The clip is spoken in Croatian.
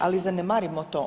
Ali, zanemarimo to.